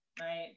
right